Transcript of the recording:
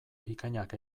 bikainak